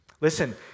Listen